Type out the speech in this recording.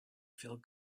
feel